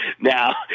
Now